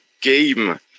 game